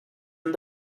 and